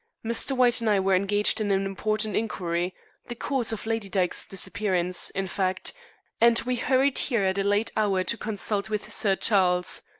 mr. white and i were engaged in an important inquiry the cause of lady dyke's disappearance, in fact and we hurried here at a late hour to consult with sir charles.